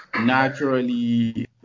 naturally